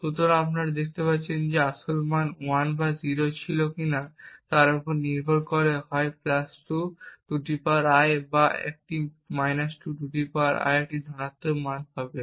সুতরাং আপনি দেখতে পাচ্ছেন যে আসল মান 1 বা 0 ছিল কিনা তার উপর নির্ভর করে হয় 2 I বা একটি 2 I একটি ধনাত্মক মান পাবে